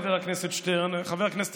חבר הכנסת שטרן,